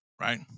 right